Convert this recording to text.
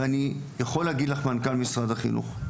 ואני יכול להגיד לך מנכ"ל משרד החינוך,